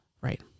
Right